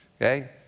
okay